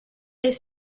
est